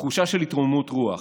תחושה של התרוממות רוח,